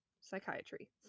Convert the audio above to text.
Psychiatry